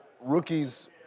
rookies